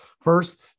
First